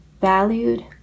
valued